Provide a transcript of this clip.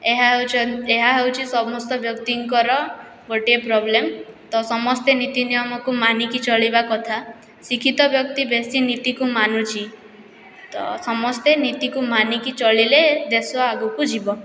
ଏହା ହେଉଛି ସମସ୍ତ ବ୍ୟକ୍ତିଙ୍କର ଗୋଟିଏ ପ୍ରୋବ୍ଲେମ୍ ତ ସମସ୍ତେ ନିତି ନିୟମକୁ ମାନିକି ଚଳିବା କଥା ଶିକ୍ଷିତବ୍ୟକ୍ତି ବେଶି ନିତିକୁ ମାନୁଛି ତ ସମସ୍ତେ ନିତିକୁ ମାନିକି ଚଳିଲେ ଦେଶ ଆଗୁକୁ ଯିବ